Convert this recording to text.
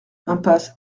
impasse